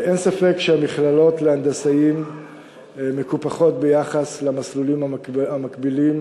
אין ספק שהמכללות להנדסאים מקופחות יחסית למסלולים המקבילים